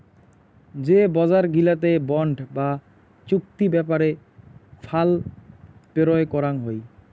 যে বজার গিলাতে বন্ড বা চুক্তি ব্যাপারে ফাল পেরোয় করাং হই